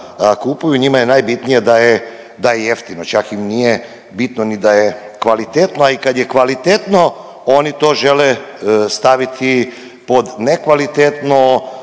kupuju i njima je najbitnije da je, da je jeftino, čak im nije bitno ni da je kvalitetno, a i kad je kvalitetno oni to žele staviti pod nekvalitetno,